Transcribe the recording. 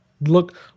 Look